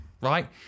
right